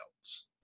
else